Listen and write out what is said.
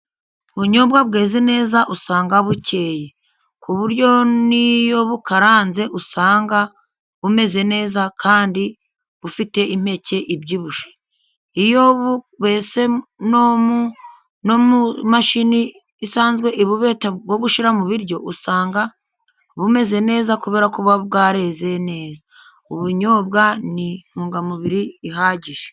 Ubunyobwa bweze neza usanga bukeye. Ku buryo n'iyo bukaranze usanga bumeze neza kandi bufite impeke ibyibushye. Iyo bubese no mu mashini isanzwe ibubeta bwo gushira mu biryo, usanga bumeze neza kubera ko buba bwareze neza. Ubunyobwa ni tungamubiri ihagije